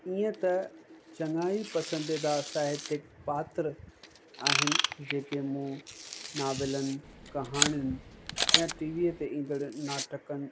ईअं त चङा ई पसंदीदा साहित्य पात्र आहिनि जेके मूं नॉवलनि कहाणियुनि या टीवीअ ते ईंदड़ु नाटकनि